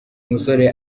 musore